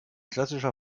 klassischer